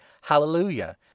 Hallelujah